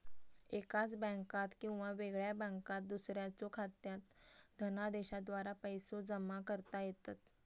एकाच बँकात किंवा वेगळ्या बँकात दुसऱ्याच्यो खात्यात धनादेशाद्वारा पैसो जमा करता येतत